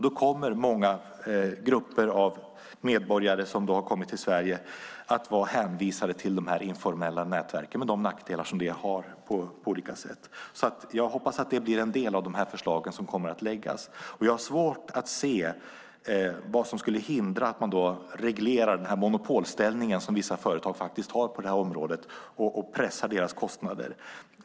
Då kommer många grupper av medborgare som har kommit till Sverige att vara hänvisade till de här informella nätverken med de nackdelar som det har på olika sätt. Jag hoppas att det blir en del av de förslag som kommer att läggas fram. Jag har svårt att se vad som skulle hindra att man reglerar den monopolställning som vissa företag faktiskt har på det här området och pressar deras kostnader.